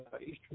Eastern